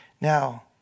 Now